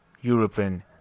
European